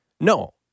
No